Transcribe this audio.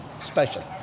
Special